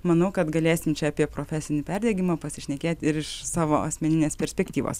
manau kad galėsim čia apie profesinį perdegimą pasišnekėt ir iš savo asmeninės perspektyvos